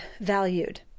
valued